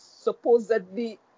supposedly